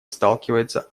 сталкивается